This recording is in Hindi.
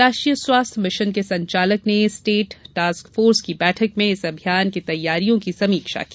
राष्ट्रीय स्वास्थ्य मिशन के संचालक ने स्टेट टास्कफोर्स की बैठक में इस अभियान के तैयारियों की समीक्षा की